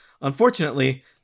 Unfortunately